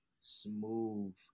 Smooth